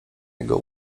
jego